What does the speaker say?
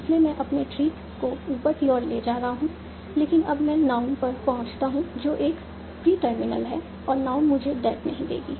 इसलिए मैं अपने ट्री को ऊपर की ओर ले जा रहा हूं लेकिन अब मैं नाउन पर पहुंचता हूं जो एक प्री टर्मिनल है और नाउन मुझे दैट नहीं देगी